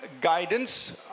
guidance